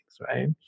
right